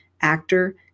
actor